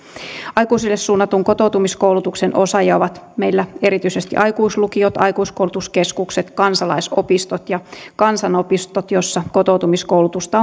aikuisille suunnatun kotoutumiskoulutuksen osaajia ovat meillä erityisesti aikuislukiot aikuiskoulutuskeskukset kansalaisopistot ja kansanopistot joissa kotoutumiskoulutusta